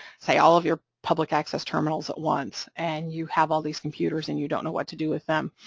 say, all of your public access terminals at once and you have all these computers and you don't know what to do with them,